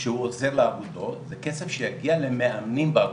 שהוא עוזר לאגודות, זה כסף שיגיע למאמנים באגודות,